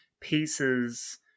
pieces